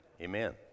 Amen